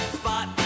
spot